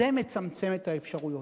זה מצמצם את האפשרויות.